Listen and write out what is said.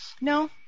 No